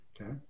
Okay